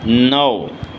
નવ